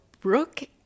Brooke